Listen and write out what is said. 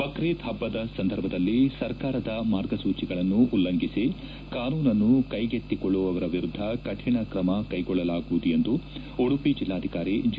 ಬಕ್ರೀದ್ ಪಬ್ಬದ ಸಂದರ್ಭದಲ್ಲಿ ಸರ್ಕಾರದ ಮಾರ್ಗಸೂಚಿಗಳನ್ನು ಉಲ್ಲಂಘಿಸಿ ಕಾನೂನನ್ನು ಕೈಗೆತ್ತಿಕೊಳ್ಳುವವರ ವಿರುದ್ದ ಕಠಿಣ ಕ್ರಮ ಕೈಗೊಳ್ಳಲಾಗುವುದು ಎಂದು ಉಡುಪಿ ಜಿಲ್ಲಾಧಿಕಾರಿ ಜಿ